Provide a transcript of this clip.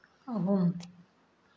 ꯑꯍꯨꯝ